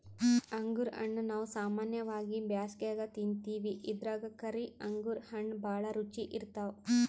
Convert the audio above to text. ಅಂಗುರ್ ಹಣ್ಣಾ ನಾವ್ ಸಾಮಾನ್ಯವಾಗಿ ಬ್ಯಾಸ್ಗ್ಯಾಗ ತಿಂತಿವಿ ಇದ್ರಾಗ್ ಕರಿ ಅಂಗುರ್ ಹಣ್ಣ್ ಭಾಳ್ ರುಚಿ ಇರ್ತವ್